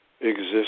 exist